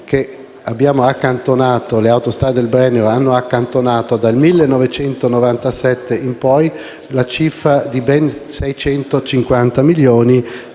l'Autostrada del Brennero ha accantonato, dal 1997 in poi, la cifra di ben 650 milioni